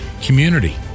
Community